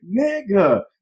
nigga